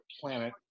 planet